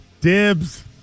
Dibs